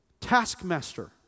taskmaster